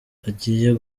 agiye